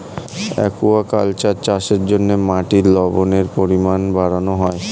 aquaculture চাষের জন্য মাটির লবণের পরিমাণ বাড়ানো হয়